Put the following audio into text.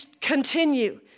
continue